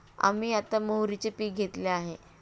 आम्ही आता मोहरीचे पीक घेतले आहे